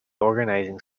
organizing